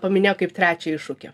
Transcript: paminėjo kaip trečią iššūkį